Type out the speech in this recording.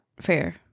fair